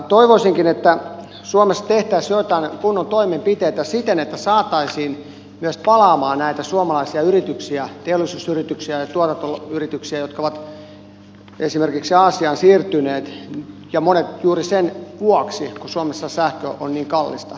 toivoisinkin että suomessa tehtäisiin joitakin kunnon toimenpiteitä siten että saataisiin myös palaamaan näitä suomalaisia yrityksiä teollisuusyrityksiä ja tuotantoyrityksiä jotka ovat esimerkiksi aasiaan siirtyneet ja monet juuri sen vuoksi kun suomessa sähkö on niin kallista